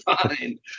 fine